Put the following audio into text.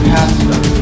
Pastor